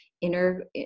inner